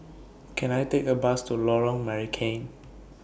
Can I Take A Bus to Lorong Marican